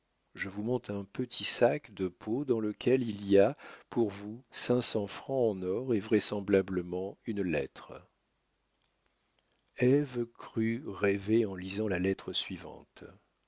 je vous monte un petit sac de peau dans lequel il y a pour vous cinq cents francs en or et vraisemblablement une lettre ève crut rêver en lisant la lettre suivante